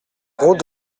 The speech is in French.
route